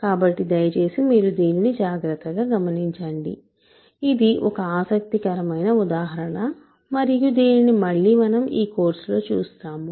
కాబట్టి దయచేసి మీరు దీన్ని జాగ్రత్తగా గమనించండి ఇది ఒక ఆసక్తికరమైన ఉదాహరణ మరియు దీనిని మళ్ళీ మనం ఈ కోర్సులో చూస్తాము